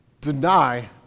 deny